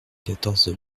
quatorze